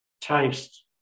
Taste